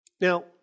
Now